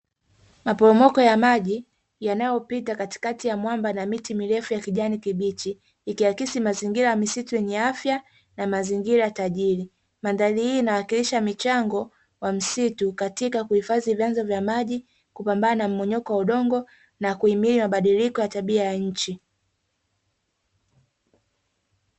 Maporomoko ya maji yanayopita katikati ya mwamba na miti mirefu ya kijani kibichi, ikiahikisi mazingira ya misitu yenye afya na mazingira tajiri. Mandhari hii inawakilisha michango ya misitu katika kuhifadhi vyanzo vya maji, kupambana na mmong'onyoko wa udongo na kuhimili mabadiliko ya tabia ya nchi.